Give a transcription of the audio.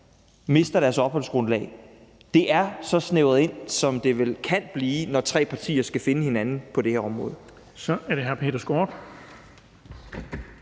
mister deres opholdsgrundlag. Det er så snævret ind, som det vel kan blive, når tre partier skal finde hinanden på det her område. Kl. 17:55 Den fg.